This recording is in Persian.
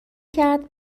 کرد